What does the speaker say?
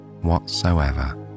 whatsoever